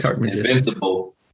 Invincible